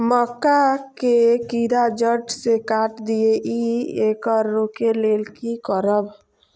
मक्का के कीरा जड़ से काट देय ईय येकर रोके लेल की करब?